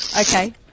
Okay